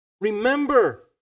Remember